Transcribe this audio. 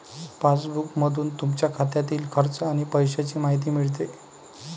पासबुकमधून तुमच्या खात्यातील खर्च आणि पैशांची माहिती मिळते